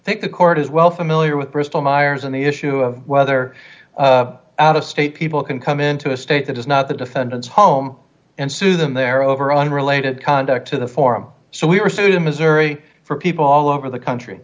f think the court is well familiar with bristol myers and the issue of whether out of state people can come into a state that is not the defendant's home and sue them there over unrelated conduct to the form so we were sued in missouri for people all over the country